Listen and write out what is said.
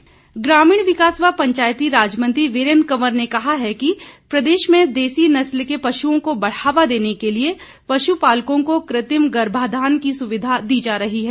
वीरेंद्र कंवर ग्रामीण विकास व पंचायती राज मंत्री वीरेंद्र कंवर ने कहा है कि प्रदेश में देसी नस्ल के पशुओं को बढ़ावा देने के लिए पशुपालकों को कृत्रिम गर्भाधान की सुविधा दी जा रही है